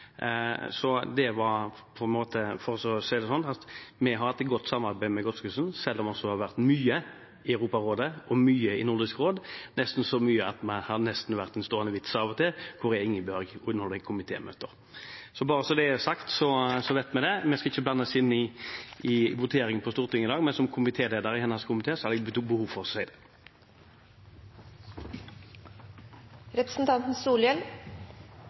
Så for å si det sånn: Vi har hatt et godt samarbeid med Godskesen, selv om hun har vært mye i Europarådet og mye i Nordisk råd, så mye at det nesten har vært en stående vits når det har vært komitémøter: Hvor er Ingebjørg? – Bare så det er sagt, slik at vi vet det. Vi skal ikke blande oss inn i voteringen på Stortinget i dag, men som leder for den komiteen Godskesen er medlem av, hadde jeg behov for å si